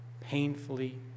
painfully